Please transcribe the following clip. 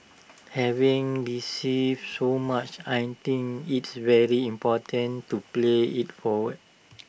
having received so much I think it's very important to pay IT forward